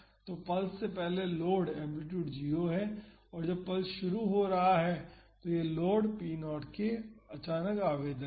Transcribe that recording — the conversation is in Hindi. तो पल्स से पहले लोड एम्पलीटूड 0 है और जब पल्स शुरू हो रहा है तो यह लोड p0 का अचानक आवेदन है